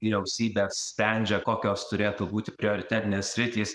vyriausybė sprendžia kokios turėtų būti prioritetinės sritys